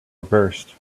reversed